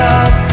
up